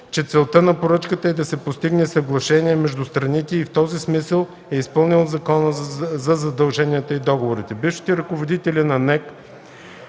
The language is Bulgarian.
че целта на поръчката е да се постигне съглашение между страните и в този смисъл е изпълнен Законът за задълженията и договорите. Бившите ръководители на